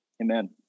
Amen